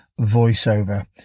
voiceover